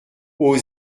aux